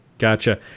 Gotcha